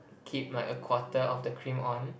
keep like a quarter of the cream on